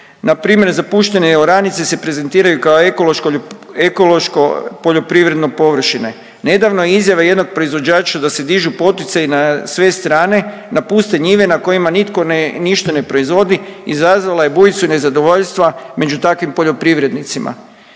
Npr. zapuštene oranice se prezentiraju kao ekološko poljoprivredno površine. Nedavno je izjave jednog proizvođača da se dižu poticaji na sve strane, napuste njive na kojima nitko ništa ne proizvodi izazvala je bujicu nezadovoljstva među takvim poljoprivrednicima.